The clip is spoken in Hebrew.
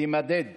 תימדד